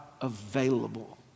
available